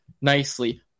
nicely